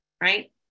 right